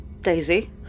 Daisy